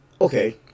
Okay